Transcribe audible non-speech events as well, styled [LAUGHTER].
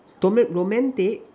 [NOISE] romantic